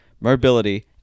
mobility